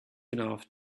enough